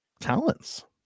talents